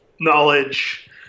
knowledge